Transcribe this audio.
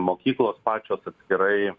mokyklos pačios atskirai